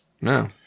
No